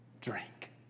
Drink